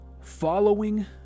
Following